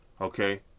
Okay